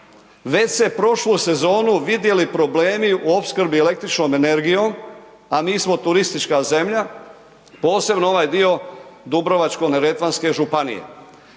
Već su se prošlu sezonu vidjeli problemi u opskrbi električnom energijom a mi smo turistička zemlja, posebno ovaj dio Dubrovačko-neretvanske županije.